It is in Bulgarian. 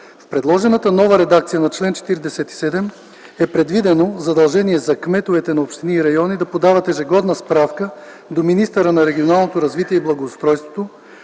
В предложената нова редакция на чл. 47 е предвидено задължение за кметовете на общини и райони да подават ежегодна справка до министъра на регионалното развитие и благоустройството